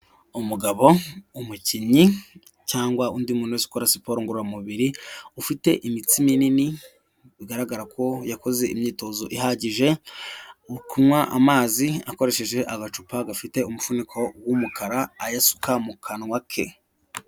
Umugabo umukinnyi cyangwa undi muntu ukora siporo ngoramubiri ufite imitsi minini bigaragara ko yakoze imyitozo ihagije mu kunywa amazi akoresheje agacupa gafite umufuniko w'umukara ayasuka mu kanwa ke.